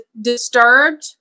disturbed